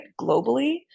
globally